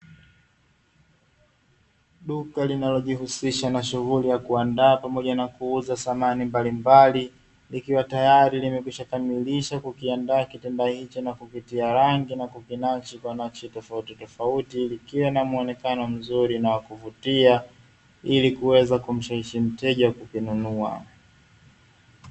Duka linalojihusisha na shughuli pamoja na kuandaa samani mbalimbali